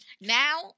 Now